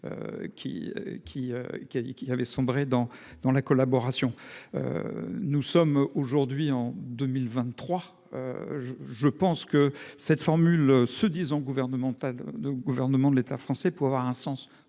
qu'il avait sombré dans dans la collaboration. Nous sommes aujourd'hui en 2023. Je pense que cette formule, se disant gouvernementale. De gouvernement de l'État français pour avoir un sens